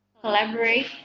collaborate